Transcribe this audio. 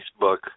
Facebook